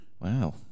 Wow